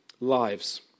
lives